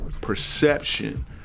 perception